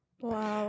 Wow